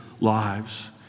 lives